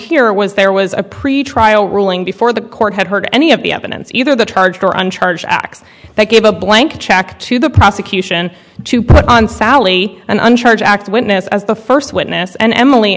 here was there was a pretrial ruling before the court had heard any of the evidence either the charge or on charge they gave a blank check to the prosecution to put on sally and i'm charge act witness as the first witness and emil